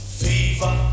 fever